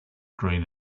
green